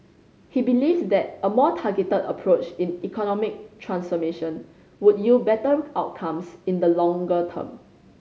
he believes that a more targeted approach in economic transformation would yield better outcomes in the longer term